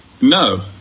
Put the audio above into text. No